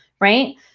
right